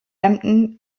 hampton